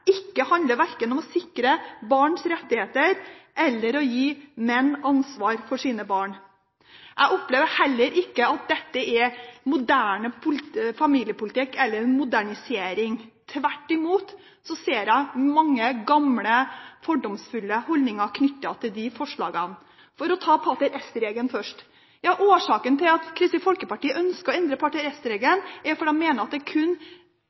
handler verken om å sikre barns rettigheter eller å gi menn ansvar for sine barn. Jeg opplever heller ikke at dette er moderne familiepolitikk eller en modernisering. Tvert imot ser jeg mange gamle, fordomsfulle holdninger knyttet til forslagene. Først til pater est-regelen: Årsaken til at Kristelig Folkeparti ønsker å endre pater est-regelen, er at man mener at det kun